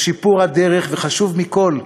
לשיפור הדרך, וחשוב מכול,